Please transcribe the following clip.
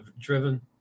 driven